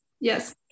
Yes